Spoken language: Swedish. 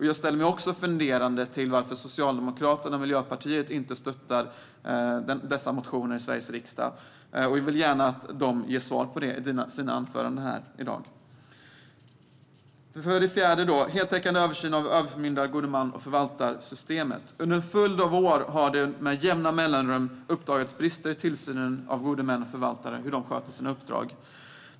Jag ställer mig funderande till varför Socialdemokraterna och Miljöpartiet inte stöttar dessa motioner i Sveriges riksdag, och jag vill gärna att de ger svar på detta i sina anföranden här i dag. Den fjärde punkten gäller heltäckande översyn av överförmyndar-, godmans och förvaltarsystemet. Under en följd av år har det med jämna mellanrum uppdagats brister i tillsynen av hur gode män och förvaltare sköter sina uppdrag.